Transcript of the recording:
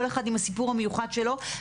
כל אחד עם הסיפור המיוחד שלו.